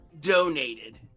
donated